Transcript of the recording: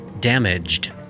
damaged